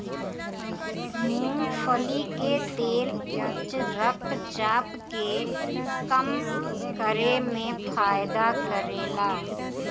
मूंगफली के तेल उच्च रक्त चाप के कम करे में फायदा करेला